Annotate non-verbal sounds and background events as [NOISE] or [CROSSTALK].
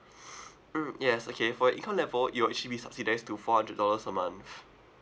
[BREATH] mm yes okay for your income level you will actually be subsidized to four hundred dollars a month